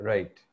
Right